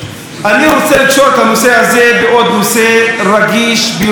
אני רוצה לקשור את הנושא הזה בעוד נושא רגיש ביותר.